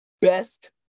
best